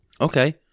Okay